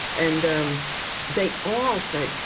and um they all said,